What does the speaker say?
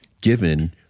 given